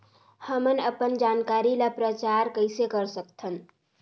हमन अपन जानकारी ल प्रचार कइसे कर सकथन?